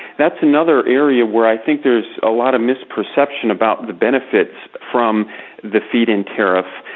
that's another area where i think there's a lot of misperception about the benefits from the feed-in tariff.